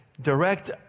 direct